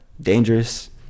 Dangerous